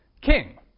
king